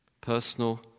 Personal